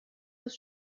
das